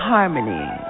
Harmony